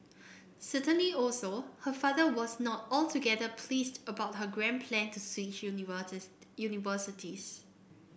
certainly also her father was not altogether pleased about her grand plan to switch universities